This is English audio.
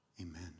Amen